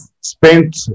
spent